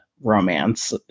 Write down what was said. romance